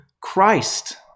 Christ